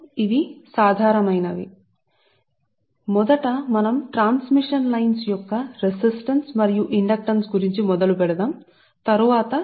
కాబట్టి మొదటి విషయం ఏమిటంటే వీటితో తో మొదలవుతుంది ఆ తరువాత ట్రాన్స్మిషన్ లైన్ల రియాక్టన్స్ మరియు ఇండక్టెన్స్ కెపాసిటెన్స్ అని మీరు పిలిచేవాటిని మనము చూస్తాము